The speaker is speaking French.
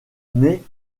naît